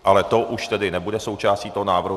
Ale to už tedy nebude součástí toho návrhu.